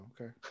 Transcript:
okay